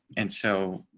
and so,